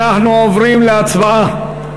אנחנו עוברים להצבעה.